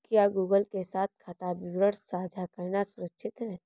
क्या गूगल के साथ खाता विवरण साझा करना सुरक्षित है?